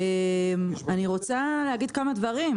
אני רוצה לומר כמה דברים.